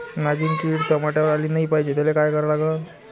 नागिन किड टमाट्यावर आली नाही पाहिजे त्याले काय करा लागन?